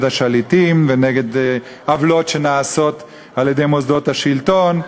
השליטים ונגד עוולות שנעשות על-ידי מוסדות השלטון,